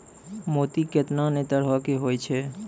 मोती केतना नै तरहो के होय छै